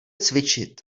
cvičit